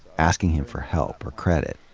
asking him for help or credit.